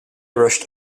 rushed